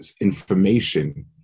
information